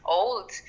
old